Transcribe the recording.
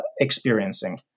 experiencing